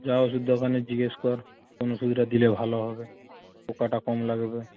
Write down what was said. যা ওষুদ দোকানে জিজ্ঞেস কর কোন ওষুধটা দিলে ভালো হবে পোকাটা কম লাগবে